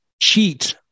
cheat